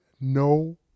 No